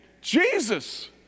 jesus